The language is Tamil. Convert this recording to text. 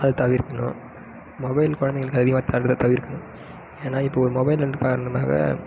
அதை தவிர்க்கணும் மொபைல் குழந்தைகளுக்கு அதிகமாக தர்றதை தவிர்க்கணும் ஏன்னா இப்போ ஒரு மொபைல்ன்ற காரணமாக